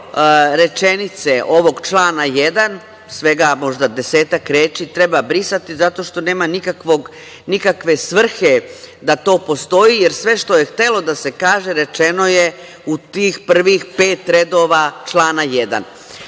rečenice ovog člana 1. svega možda desetak reči treba brisati, zato što nema nikakve svrhe da to postoji, jer sve što je htelo da se kaže rečeno je u tih prvih pet redova člana